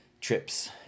trips